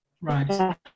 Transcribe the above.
Right